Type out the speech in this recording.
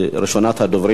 ראשונת הדוברים,